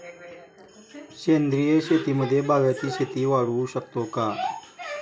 सेंद्रिय शेतीमध्ये बागायती शेती वाढवू शकतो का?